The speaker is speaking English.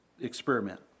experiment